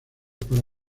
para